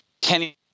Kenny